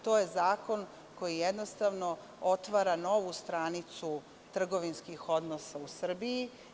To je zakon koji jednostavno otvara novu stranicu trgovinskih odnosa u Srbiji.